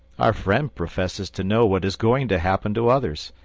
our friend professes to know what is going to happen to others,